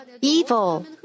evil